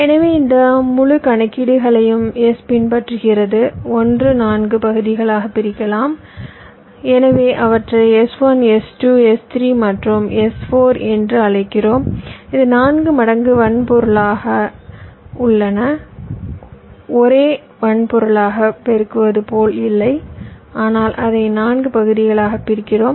எனவே இந்த முழு கணக்கீடுகளையும் S பின்பற்றுகிறது ஒன்று நான்கு பகுதிகளாகப் பிரிக்கலாம் எனவே அவற்றை S1 S2 S3 மற்றும் S4 என்று அழைக்கிறோம் இது நான்கு மடங்கு வன்பொருளை ஒரே வன்பொருளாகப் பெருக்குவது போல் இல்லை ஆனால் அதை நான்கு பகுதிகளாகப் பிரிக்கிறோம்